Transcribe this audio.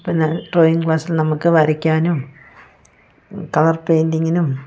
പിന്നെ ഡ്രോയിങ് ക്ലാസ്സിൽ നമുക്ക് വരയ്ക്കാനും കളർ പെയിൻറിങ്ങിനും